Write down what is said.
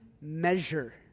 measure